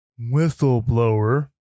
whistleblower